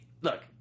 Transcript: look